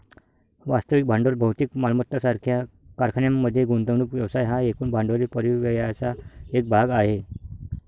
वास्तविक भांडवल भौतिक मालमत्ता सारख्या कारखान्यांमध्ये गुंतवणूक व्यवसाय हा एकूण भांडवली परिव्ययाचा एक भाग आहे